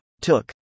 Took